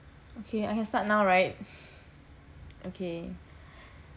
okay I can start now right okay